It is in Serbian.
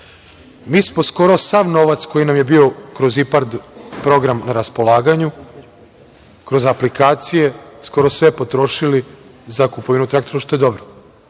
Mi smo skoro sav novac koji nam je bio kroz IPARD program na raspolaganju, kroz aplikacije, potrošili za kupovinu traktora, što je dobro.